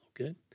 okay